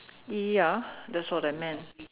ya that's what I meant